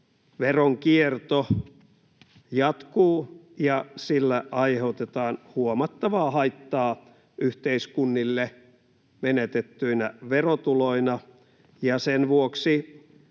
veronkierto, jatkuu ja sillä aiheutetaan huomattavaa haittaa yhteiskunnille menetettyinä verotuloina. Sen vuoksi